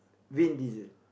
Vin-Diesel